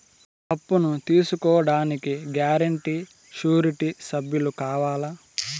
అప్పును తీసుకోడానికి guarantee, surety సభ్యులు కావాలా?